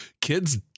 Kids